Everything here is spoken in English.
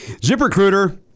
ZipRecruiter